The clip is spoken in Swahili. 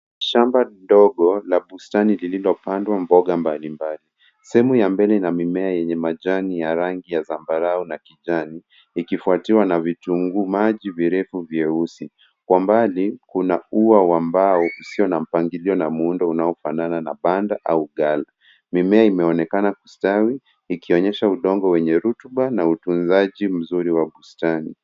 Shmaba ndogo la bustani lililopandwa mboga mbalimbali. Sehemu ya mbele ina mimea yenye majani ya rangi ya zambarau na kijani ikifwatiwa na vitunguumaji virefu vyeusi. Kwa mbali kuna ua ambao usio na mpagilio na muundo unaofanana na banda au gali. Mimea imeonekana kustawi ikionyesha udongo wenye rotuba na utunzaji mzuri.